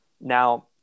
Now